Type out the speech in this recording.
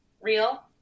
real